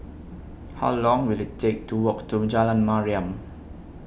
How Long Will IT Take to Walk to Jalan Mariam